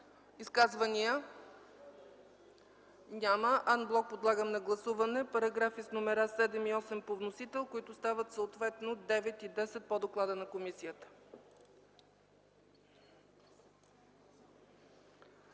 Изказвания? Няма. Ан блок подлагам на гласуване параграфи с номера 7 и 8 по вносител, които стават съответно 9 и 10 по доклада на комисията.